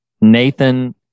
Nathan